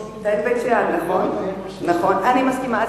נכון, אני מסכימה.